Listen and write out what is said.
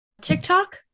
TikTok